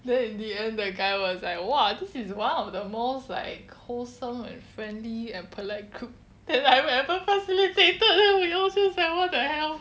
then in the end the guy was like !wah! this is one of the most like wholesome and friendly and polite group then like whatever facilitated leh we all just what the hell